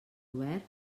obert